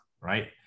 right